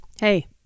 Hey